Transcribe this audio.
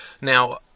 Now